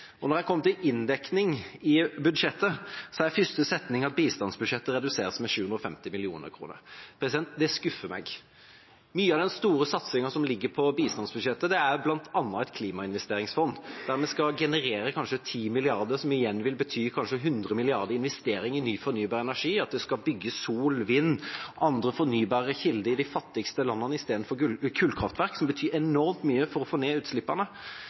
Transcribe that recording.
Når en kommer til inndekning i budsjettet, er første setning at bistandsbudsjettet reduseres med 750 mill. kr. Det skuffer meg. Mye av den store satsingen som ligger på bistandsbudsjettet, er bl.a. et klimainvesteringsfond, der vi skal generere kanskje 10 mrd. kr, som igjen vil bety kanskje 100 mrd. kr i investering i ny fornybar energi istedenfor kullkraftverk – sol, vind og andre fornybare kilder i de fattigste landene, noe som betyr enormt mye for å få ned utslippene.